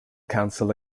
council